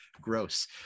gross